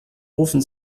rufen